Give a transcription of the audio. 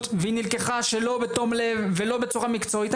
והיא נלקחה שלא בתום לב ולא בצורה מקצועית,